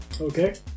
Okay